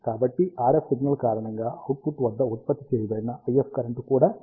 కాబట్టి RF signal కారణంగా output వద్ద ఉత్పత్తి చేయబడిన IF కరెంట్ కూడా ఫేజ్ లో ఉన్నది